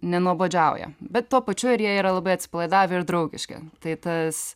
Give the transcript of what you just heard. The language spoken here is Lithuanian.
nenuobodžiauja bet tuo pačiu ir jie yra labai atsipalaidavę ir draugiški tai tas